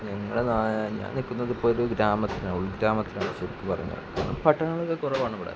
ഞങ്ങള് ഞാൻ നില്ക്കുന്നതിപ്പോള് ഒരു ഗ്രാമത്തിലാണ് ഉൾഗ്രാമത്തിലാണ് ശരിക്ക് പറഞ്ഞാല് പട്ടണങ്ങള് കുറവാണിവിടെ